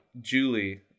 Julie